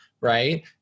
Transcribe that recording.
right